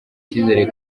icyizere